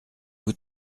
vous